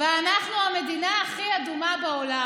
ואנחנו המדינה הכי אדומה בעולם.